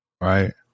right